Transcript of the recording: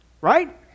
right